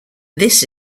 this